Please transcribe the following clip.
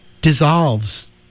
dissolves